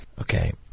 okay